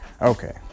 Okay